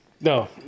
No